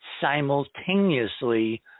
simultaneously